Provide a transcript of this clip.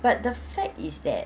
but the fact is that